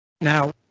Now